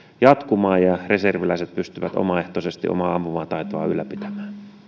jatkumaan ja reserviläiset pystyvät omaehtoisesti omaa ampumataitoaan ylläpitämään